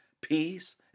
peace